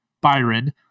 Byron